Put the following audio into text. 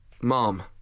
mom